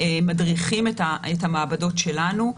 מדריכים את המעבדות שלנו.